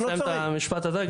שניה אני אסיים את המשפט הזה,